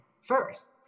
first